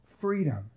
freedom